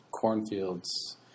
cornfields